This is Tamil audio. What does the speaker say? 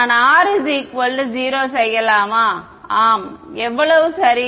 நான் R 0 செய்யலாமா ஆம் எவ்வளவு சரி